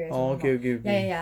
orh okay okay okay